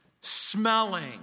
smelling